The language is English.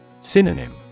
Synonym